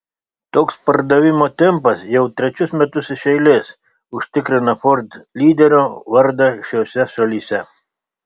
toks pardavimo tempas jau trečius metus iš eilės užtikrina ford lyderio vardą šiose šalyse